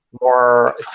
more